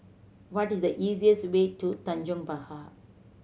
what is the easiest way to Tanjong Pagar